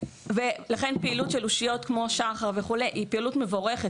לכן הפעילות של אושיות כמו שחר וכדומה היא פעילות מבורכת